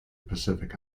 pacific